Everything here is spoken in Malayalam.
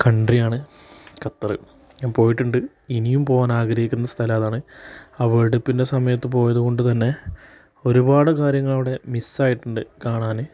കണ്ട്രി ആണ് ഖത്തറ് ഞാൻ പോയിട്ടുണ്ട് ഇനിയും പോവാൻ ആഗ്രഹിക്കുന്ന സ്ഥലമതാണ് അവിടെപ്പിന്നെ സമയത്ത് പോയതുകൊണ്ട് തന്നെ ഒരുപാട് കാര്യങ്ങളവിടെ മിസ്സ് ആയിട്ടുണ്ട് കാണാൻ